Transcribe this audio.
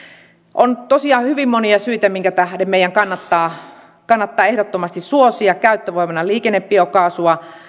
on tosiaan hyvin monia syitä minkä tähden meidän kannattaa kannattaa ehdottomasti suosia käyttövoimana liikennebiokaasua